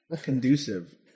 conducive